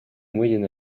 moyen